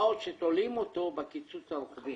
מה עוד שתולים אותו בקיצוץ הרוחבי.